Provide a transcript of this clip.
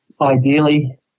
ideally